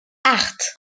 acht